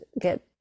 get